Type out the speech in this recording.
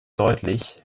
deutlich